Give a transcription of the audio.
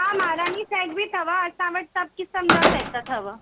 हा महाराणी सेट बि अथव असां वटि सभु क़िस्म जा सेट अथव